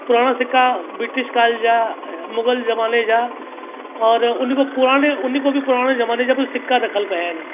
पुराणा सिक्का ब्रिटिश काल जा ऐं मुग़ल ज़माने जा और उन खां पुराणे उन खां बि पुराणे ज़माने जा बि सिक्का रखियल पिया आहिनि